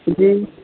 जी